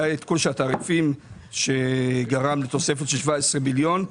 היה עדכון תעריפים שגרם לתוספת של 17 מיליון.